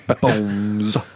Bones